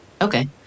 Okay